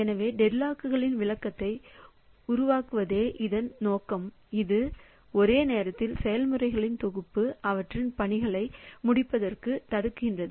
எனவே டெட்லாக்குகளின் விளக்கத்தை உருவாக்குவதே இதன் நோக்கம் இது ஒரே நேரத்தில் செயல்முறைகளின் தொகுப்பை அவற்றின் பணிகளை முடிப்பதைத் தடுக்கிறது